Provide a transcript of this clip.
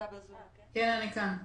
כן, אני כאן.